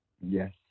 Yes